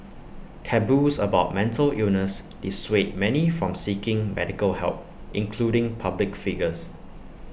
taboos about mental illness dissuade many from seeking medical help including public figures